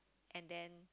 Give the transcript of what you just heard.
and then